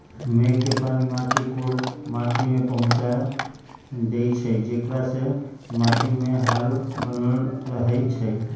मेघ के पानी माटी कोर माटि में पहुँचा देइछइ जेकरा से माटीमे हाल बनल रहै छइ